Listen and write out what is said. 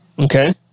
Okay